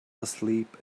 asleep